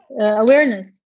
awareness